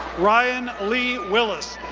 ryan lee willis,